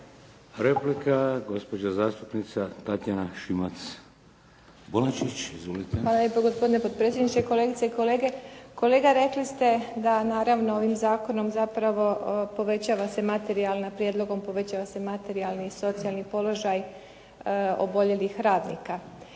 Replika, gospođa zastupnica Tatjana Šimac Bonačić. Izvolite. **Šimac Bonačić, Tatjana (SDP)** Hvala lijepo gospodine potpredsjedniče. Kolegice i kolege. Kolega rekli ste da naravno ovim zakonom zapravo povećava se materijalna prijedlogom, povećava se materijalni i socijalni položaj oboljelih radnika.